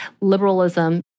liberalism